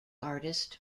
artist